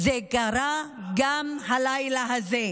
זה קרה גם הלילה הזה.